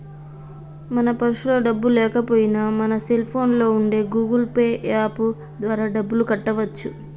మన పర్సులో డబ్బులు లేకపోయినా మన సెల్ ఫోన్లో ఉండే గూగుల్ పే యాప్ ద్వారా డబ్బులు కట్టవచ్చు